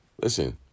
listen